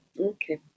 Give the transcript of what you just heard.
Okay